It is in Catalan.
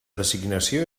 designació